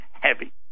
heavy